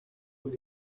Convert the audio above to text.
with